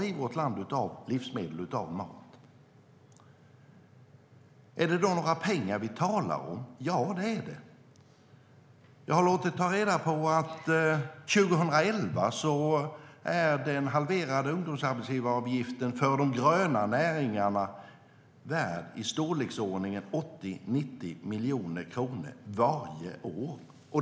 Är det då några pengar vi talar om? Ja, det är det. Jag har låtit ta reda på att 2011 uppgick den halverade ungdomsarbetsgivaravgiften för de gröna näringarna till i storleksordningen 80-90 miljoner kronor varje år.